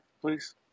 please